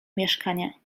mieszkania